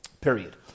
period